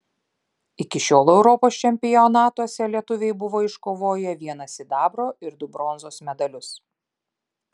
iki šiol europos čempionatuose lietuviai buvo iškovoję vieną sidabro ir du bronzos medalius